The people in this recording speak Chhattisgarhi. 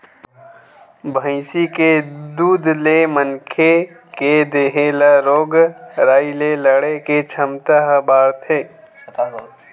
भइसी के दूद ले मनखे के देहे ल रोग राई ले लड़े के छमता ह बाड़थे